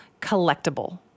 collectible